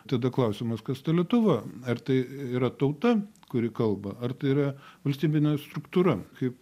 tada klausimas kas ta lietuva ar tai yra tauta kuri kalba ar tai yra valstybinė struktūra kaip